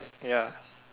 ya